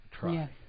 try